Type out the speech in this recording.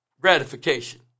gratification